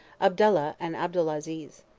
abdallah and abdelaziz.